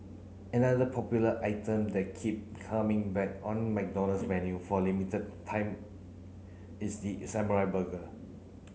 another popular item that keep coming back on McDonald's menu for a limited time is the samurai burger